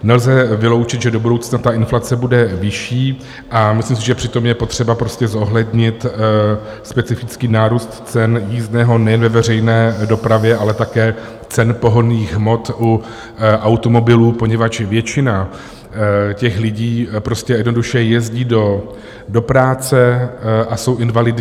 Nelze vyloučit, že do budoucna bude inflace vyšší, a myslím si, že přitom je potřeba zohlednit specifický nárůst cen jízdného nejen ve veřejné dopravě, ale také cen pohonných hmot u automobilů, poněvadž většina těch lidí prostě a jednoduše jezdí do práce a jsou invalidní.